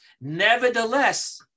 nevertheless